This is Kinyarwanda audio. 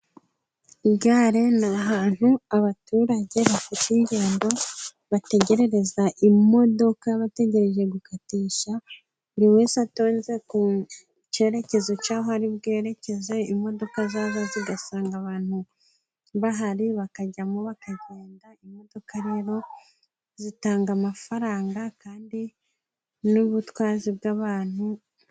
Muri gare ni ahantu abaturage bafite ingendo bategererereza imodoka, bategereje gukatisha. Buri wesese atonze ku cyerekezo cy'aho ari bwerekeza. Imodoka zaza zigasanga abantu bahari bakajyamo bakagenda. Imodoka rero zitanga amafaranga, kandi ni n'ubutwazi bw'abantu.